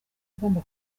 agomba